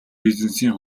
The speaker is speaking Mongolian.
бизнесийн